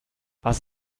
was